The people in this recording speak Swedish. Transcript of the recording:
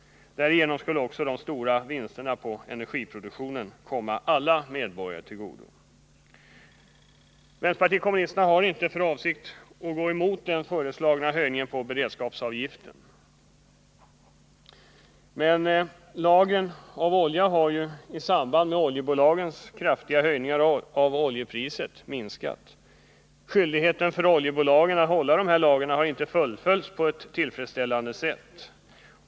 Därigenom skulle också de stora vinsterna på energiproduktionen komma alla medborgare till godo. Vpk har inte för avsikt att gå emot den föreslagna höjningen av beredskapsavgiften. Men lagren av olja har minskat i samband med oljebolagens kraftiga höjningar av oljepriset. Skyldigheten för oljebolagen att hålla dessa lager har inte fullföljts på ett tillfredsställande sätt.